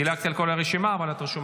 דילגתי על כל הרשימה, אבל את רשומה.